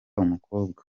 umukobwa